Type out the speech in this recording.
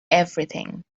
everything